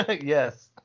Yes